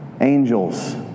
angels